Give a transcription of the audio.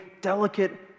delicate